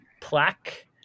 plaque